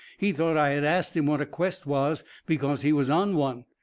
he thought i had ast him what a quest was because he was on one.